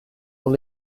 will